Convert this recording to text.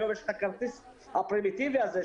היום יש את הכרטיס הפרימיטיבי הזה,